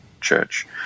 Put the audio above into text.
church